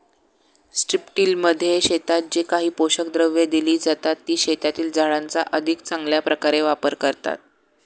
स्ट्रिपटिलमध्ये शेतात जे काही पोषक द्रव्ये दिली जातात, ती शेतातील झाडांचा अधिक चांगल्या प्रकारे वापर करतात